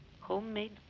homemade